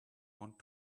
want